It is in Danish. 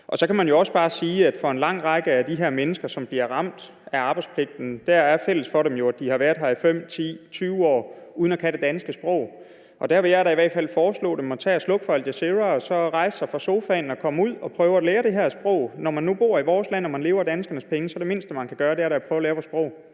Så kan man jo også bare sige, at det, når det drejer sig om en lang række af de her mennesker, som bliver ramt af arbejdspligten, er fælles for dem, at de har været her i 5, 10 og 20 år uden at kunne det danske sprog. Der vil jeg da i hvert fald foreslå dem, at de skal tage og slukke for Al Jazeera og så rejse sig fra sofaen og komme ud og prøve at lære det her sprog. Når man nu bor i vores land og man lever af danskernes penge, så er det mindste, man kan gøre, da at prøve at lære vores sprog.